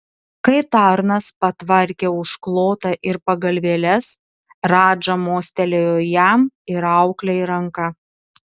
kai tarnas patvarkė užklotą ir pagalvėles radža mostelėjo jam ir auklei ranka